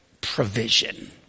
provision